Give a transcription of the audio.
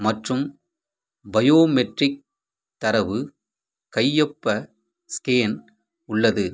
மற்றும் பயோமெட்ரிக் தரவு கையொப்ப ஸ்கேன் உள்ளது